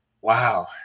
wow